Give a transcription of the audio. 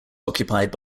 occupied